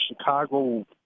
Chicago